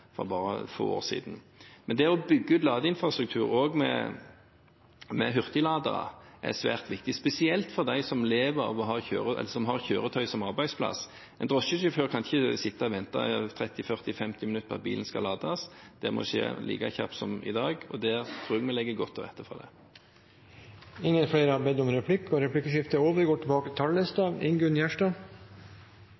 for bare få år siden. Men det å bygge ut ladeinfrastruktur, også med hurtigladere, er svært viktig, spesielt for dem som har kjøretøy som arbeidsplass. En drosjesjåfør kan ikke sitte og vente i 30–40–50 minutter på at bilen skal lades, det må skje like kjapt som i dag, og jeg tror vi legger godt til rette for det. Replikkordskiftet er omme. De talere som heretter får ordet, har